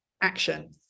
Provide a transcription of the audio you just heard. action